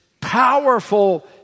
powerful